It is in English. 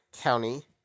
County